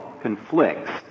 conflicts